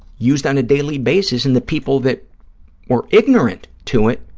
used on a daily basis and the people that were ignorant to it,